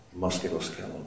musculoskeletal